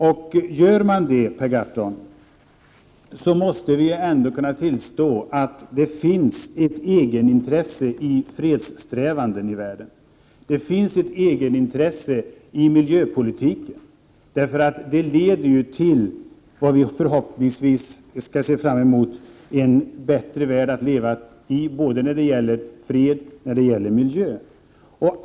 Om man gör det, Per Gahrton, måste man tillstå att det finns ett egenintresse i fredssträvandena i världen. Det finns ett egenintresse i miljöpolitiken, därför att det leder till något som vi förhoppningsvis kan se fram emot, nämligen en bättre värld att leva i både när det gäller fred och när det gäller miljö.